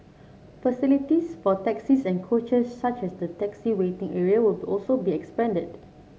facilities for taxis and coaches such as the taxi waiting area will also be expanded